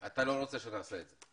אתה לא רוצה שנעשה את זה.